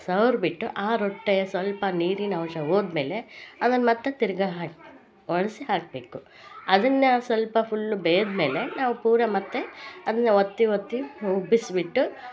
ಸವ್ರ ಬಿಟ್ಟು ಆ ರೊಟ್ಟೆ ಸ್ವಲ್ಪ ನೀರಿನ ಅಂಶ ಹೋದ್ಮೇಲೆ ಅದನ್ನ ಮತ್ತೆ ತಿರ್ಗಾ ಹಾಕಿ ಒರ್ಳ್ಸಿ ಹಾಕಬೇಕು ಅದನ್ನ ಸ್ವಲ್ಪ ಫುಲ್ ಬೇಯ್ದ ಮೇಲೆ ನಾವು ಪೂರ ಮತ್ತೆ ಅದನ್ನೇ ಒತ್ತಿ ಒತ್ತಿ ಉಬ್ಬಿಸ್ಬಿಟ್ಟು